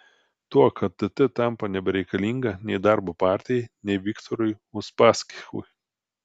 tuo kad tt tampa nebereikalinga nei darbo partijai nei viktorui uspaskichui